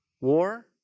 war